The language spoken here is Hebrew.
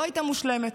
לא הייתה מושלמת.